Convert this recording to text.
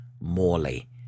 Morley